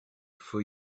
for